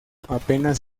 apenas